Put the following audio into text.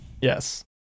Yes